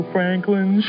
Franklin